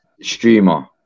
streamer